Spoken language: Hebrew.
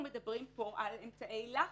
אנחנו מדברים פה על אמצעי לחץ,